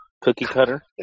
cookie-cutter